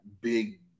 big